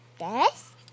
Yes